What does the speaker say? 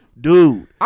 Dude